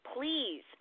please